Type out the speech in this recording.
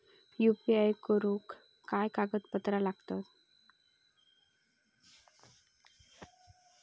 UPI करुक काय कागदपत्रा लागतत?